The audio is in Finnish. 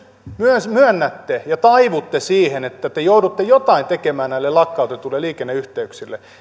myös myönnätte ja taivutte siihen että te joudutte jotain tekemään näille lakkautetuille liikenneyhteyksille